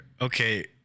okay